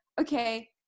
okay